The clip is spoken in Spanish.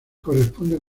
corresponde